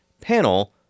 panel